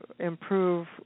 improve